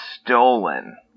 stolen